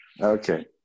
Okay